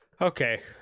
Okay